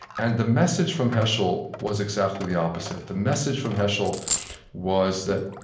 and the message from heschel was exactly the opposite the message from heschel was that,